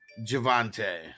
javante